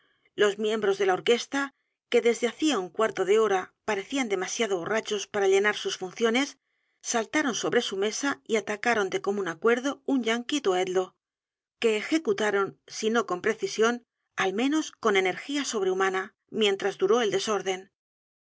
los miembros de la orquesta que desde hacía un cuarto d e h o r a parecían demasiado borrachos para llenar sus funciones saltaron sobre su mesa y atacaron de común acuerdo un yanhee doedlo que ejecutaron si no con precisión al menos con energía sobrehumana mientras duró el desorden